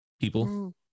people